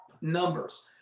numbers